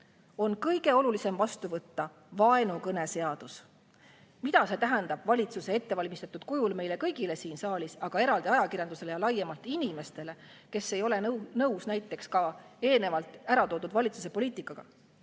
on kõige olulisem vastu võtta vaenukõne seadus. Mida tähendab see valitsuse ettevalmistatud [seaduseelnõu] meile kõigile siin saalis, aga eraldi ajakirjandusele ja laiemalt inimestele, kes ei ole nõus näiteks ka eelnevalt ära toodud valitsuse poliitikaga?